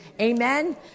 Amen